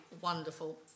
wonderful